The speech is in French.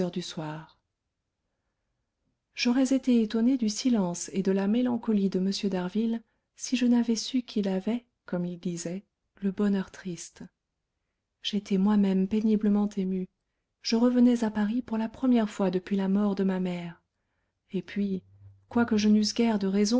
du soir j'aurais été étonnée du silence et de la mélancolie de m d'harville si je n'avais su qu'il avait comme il disait le bonheur triste j'étais moi-même péniblement émue je revenais à paris pour la première fois depuis la mort de ma mère et puis quoique je